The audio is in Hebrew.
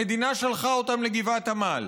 המדינה שלחה אותם לגבעת עמל,